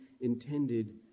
intended